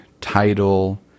title